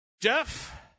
Jeff